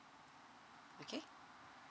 okay